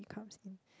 comes in